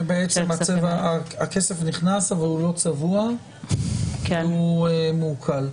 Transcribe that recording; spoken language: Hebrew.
שבעצם הכסף נכנס אבל הוא לא צבוע והוא מעוקל?